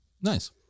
Nice